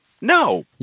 No